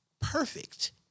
perfect